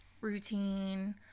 routine